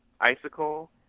Icicle